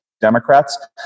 Democrats